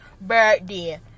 birthday